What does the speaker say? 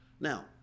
Now